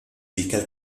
ubica